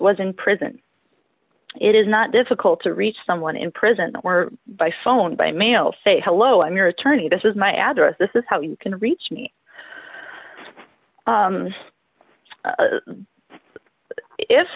was in prison it is not difficult to reach someone in prison or by phone by mail say hello i'm your attorney this is my address this is how you can reach me